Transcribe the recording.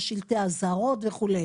יש שלטי אזהרות וכו'.